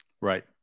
right